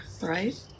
right